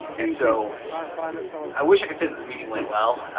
and so i wish i could say that the meeting went well.